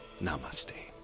Namaste